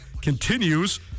continues